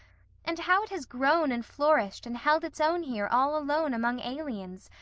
and how it has grown and flourished and held its own here all alone among aliens,